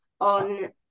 on